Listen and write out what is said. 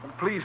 Please